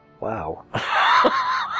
wow